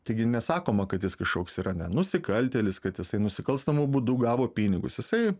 taigi nesakoma kad jis kažkoks yra ne nusikaltėlis kad jisai nusikalstamu būdu gavo pinigus jisai